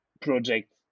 project